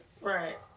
Right